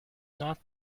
not